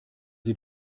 sie